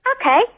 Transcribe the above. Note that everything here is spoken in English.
Okay